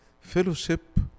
fellowship